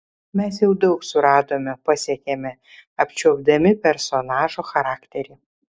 mes jau daug suradome pasiekėme apčiuopdami personažo charakterį